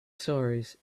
stories